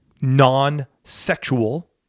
non-sexual